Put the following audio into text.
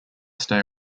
stay